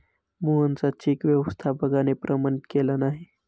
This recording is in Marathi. मोहनचा चेक व्यवस्थापकाने प्रमाणित केला नाही